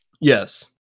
Yes